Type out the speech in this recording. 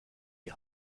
die